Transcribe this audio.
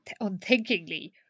unthinkingly